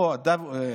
הוא פה, הוא פה.